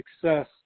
success